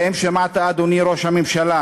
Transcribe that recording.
האם שמעת, אדוני ראש הממשלה,